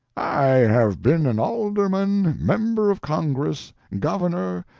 i have been an alderman, member of congress, governor,